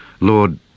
Lord